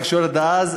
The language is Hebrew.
גם את שר התקשורת דאז,